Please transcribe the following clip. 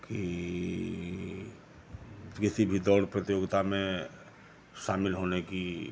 कि किसी भी दौड़ प्रतियोगिता में शामिल होने की